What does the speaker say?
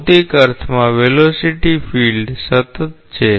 ભૌતિક અર્થમાં velocity field સતત છે